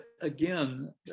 again